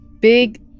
big